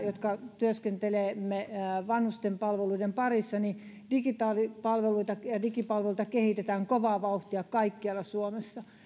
jotka työskentelemme vanhusten palveluiden parissa varmasti tiedämme sen että digitaalipalveluita ja digipalveluita kehitetään kovaa vauhtia kaikkialla suomessa